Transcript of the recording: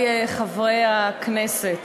חברי חברי הכנסת,